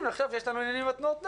אם נחשוב שיש לנו עניין בתנועת נוער,